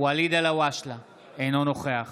אינו נוכח